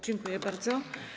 Dziękuję bardzo.